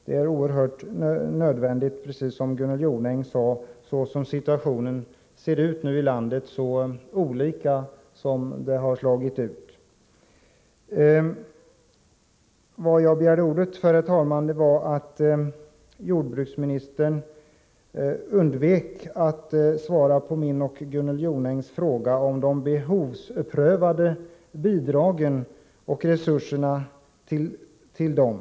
Som Gunnel Jonäng sade är detta synnerligen nödvändigt med tanke på hur olika situationen blivit i olika delar av landet. Herr talman! Jag begärde ordet därför att jordbruksministern undvek att svara på min och Gunnel Jonängs fråga om de behovsprövade bidragen och de resurser som anslås för dessa.